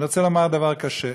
אני רוצה לומר דבר קשה.